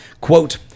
quote